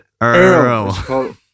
Earl